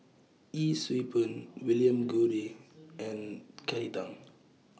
Yee Siew Pun William Goode and Kelly Tang